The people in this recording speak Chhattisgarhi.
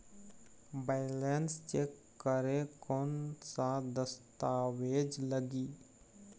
बैलेंस चेक करें कोन सा दस्तावेज लगी?